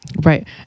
right